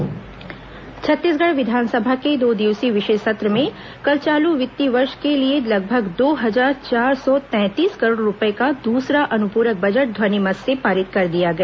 विधानसभा अनुपूरक बजट छत्तीसगढ़ विधानसभा के दो दिवसीय विशेष सत्र में कल चालू वित्तीय वर्ष के लिए लगभग दो हजार चार सौ तैंतीस करोड़ रूपए का दूसरा अनुपूरक बजट ध्वनिमत से पारित कर दिया गया